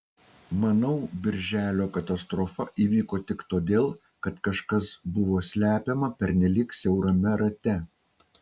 manau birželio katastrofa įvyko tik todėl kad kažkas buvo slepiama pernelyg siaurame rate